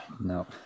no